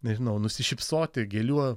nežinau nusišypsoti gėlių